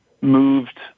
moved